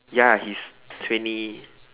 ya he's twenty